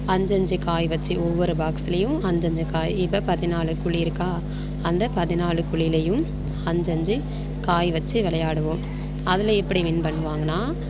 அஞ்சு அஞ்சு காய் வச்சு ஒவ்வொரு பாக்ஸ்லியும் அஞ்சு அஞ்சு காய் இப்போ பதினாலு குழி இருக்கா அந்த பதினாலு குழிலேயும் அஞ்சு அஞ்சு காய் வச்சு விளையாடுவோம் அதில் எப்படி வின் பண்ணுவாங்கன்னால்